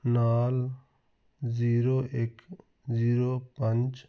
ਨਾਲ ਜੀਰੋ ਇੱਕ ਜੀਰੋ ਪੰਜ